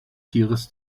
tieres